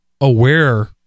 aware